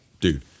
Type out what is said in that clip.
Dude